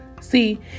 See